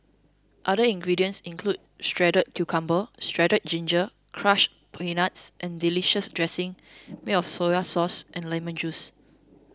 other ingredients include shredded cucumber shredded ginger crushed peanuts and delicious dressing made of soy sauce and lemon juice